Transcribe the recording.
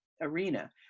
arena